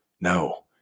no